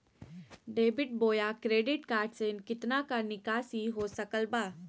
Debit बोया credit card से कितना का निकासी हो सकल बा?